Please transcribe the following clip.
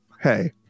hey